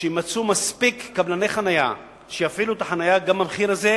שיימצאו מספיק קבלני חנייה שיפעילו את החנייה גם במחיר הזה,